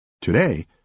Today